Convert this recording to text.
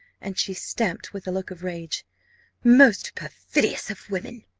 and she stamped with a look of rage most perfidious of women!